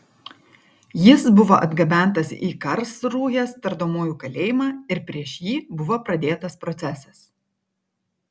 jis buvo atgabentas į karlsrūhės tardomųjų kalėjimą ir prieš jį buvo pradėtas procesas